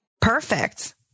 perfect